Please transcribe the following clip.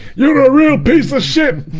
you know real piece of shit?